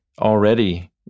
already